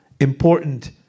important